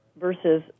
versus